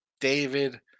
David